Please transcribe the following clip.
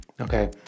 Okay